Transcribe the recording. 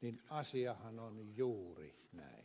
niin asiahan on juuri näin